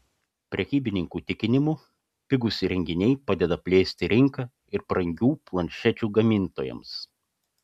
prekybininkų tikinimu pigūs įrenginiai padeda plėsti rinką ir brangių planšečių gamintojams